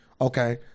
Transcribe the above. okay